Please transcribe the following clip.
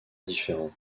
différents